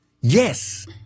Yes